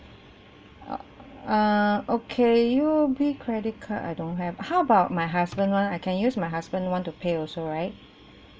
uh err okay U_O_B credit card I don't have how about my husband [one] I can use my husband [one] to pay also right